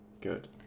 good